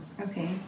Okay